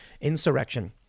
Insurrection